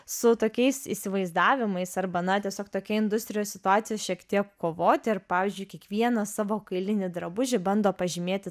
su tokiais įsivaizdavimais arba na tiesiog tokia industrijos situacija šiek tiek kovoti ir pavyzdžiui kiekvieną savo kailinį drabužį bando pažymėti